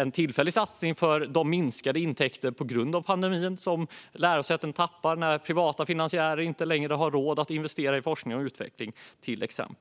en tillfällig satsning för att kompensera för minskade intäkter för lärosäten när privata finansiärer på grund av pandemin inte längre har råd att investera i forskning och utveckling.